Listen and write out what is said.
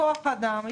כוח אדם.